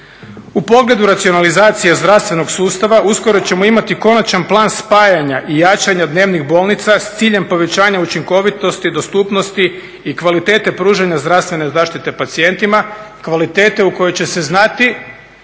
U pogledu racionalizacije zdravstvenog sustava uskoro ćemo imati konačan plan spajanja i jačanja dnevnih bolnica sa ciljem povećanja učinkovitosti, dostupnosti i kvalitete pružanja zdravstvene zaštite pacijentima, kvalitete u kojoj će se znati